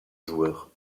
joueur